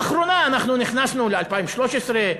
לאחרונה נכנסנו ל-2013,